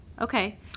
Okay